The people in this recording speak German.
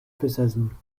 besessen